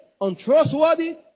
untrustworthy